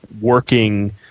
working